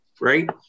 right